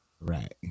right